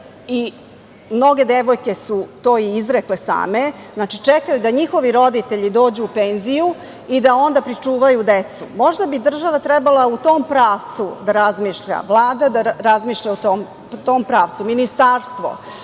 a mnoge devojke su to i izrekle same, čekaju da njihovi roditelji dođu u penziju i da onda pričuvaju decu, možda bi država trebalo u tom pravcu da razmišlja, Vlada da razmišlja u tom pravcu, ministarstvo.